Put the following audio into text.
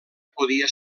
podia